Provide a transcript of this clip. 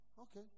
Okay